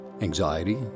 anxiety